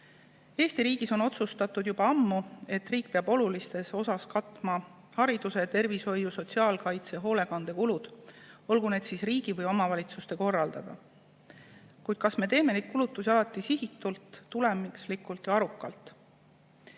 Eesti riigis on otsustatud juba ammu, et riik peab olulises osas katma hariduse, tervishoiu, sotsiaalkaitse ja hoolekande kulud, olgu need riigi või omavalitsuste korraldada. Kuid kas me teeme neid kulutusi alati sihitult, tulemuslikult ja arukalt?